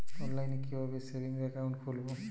অনলাইনে কিভাবে savings account খুলবো?